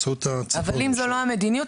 אבל אם זו לא המדיניות,